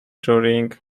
during